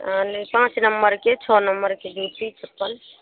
आनली पाँच नम्बरके छओ नम्बरके जूती चप्पल